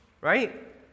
Right